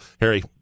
Harry